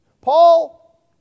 Paul